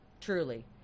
truly